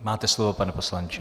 Máte slovo, pane poslanče.